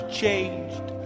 changed